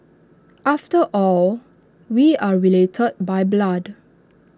after all we are related by blood